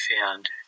found